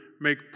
make